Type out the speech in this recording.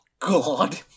God